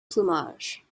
plumage